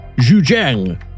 Zhujiang